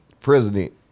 President